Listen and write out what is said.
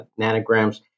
nanograms